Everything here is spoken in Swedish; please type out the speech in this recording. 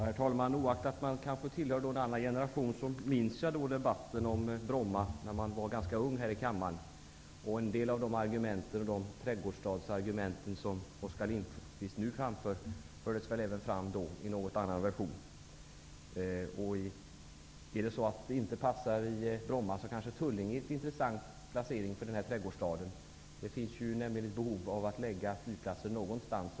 Herr talman! Oaktat att jag kanske tillhör en annan generation, minns jag debatten om Bromma när jag var ganska ung här i kammaren. En del av de trädgårdsstadsargument som Oskar Lindkvist nu framförde förekom väl även då i något annan version. Passar inte Bromma, kanske Tullinge är en intressant placering av denna trädgårdsstad. Det finns ju ett behov av att lägga flygplatsen någonstans.